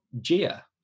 Gia